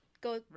go